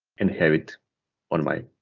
and have it on my